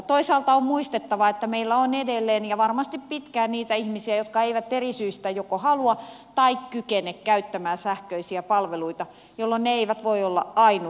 toisaalta on muistettava että meillä on edelleen ja varmasti pitkään niitä ihmisiä jotka eivät eri syistä joko halua tai kykene käyttämään sähköisiä palveluita jolloin ne eivät voi olla ainut vaihtoehto